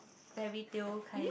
fairytale kind